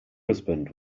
husband